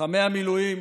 לוחמי המילואים